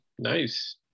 Nice